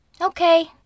Okay